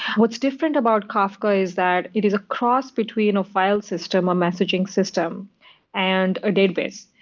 what's different about kafka is that it is a cross between a file system, a messaging system and a database.